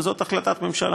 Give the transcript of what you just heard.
וזאת החלטת הממשלה.